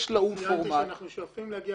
יש לאו"ם פורמט --- ציינתי שאנחנו שואפים להגיע